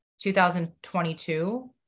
2022